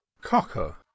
Cocker